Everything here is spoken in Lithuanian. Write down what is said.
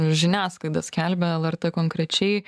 žiniasklaida skelbia lrt konkrečiai